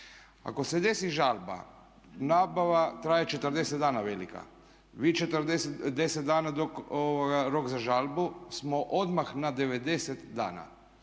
Ako se desi žalba nabava traje 40 dana velika, vi 10 dana dok je rok za žalbu smo odmah na 90 dana.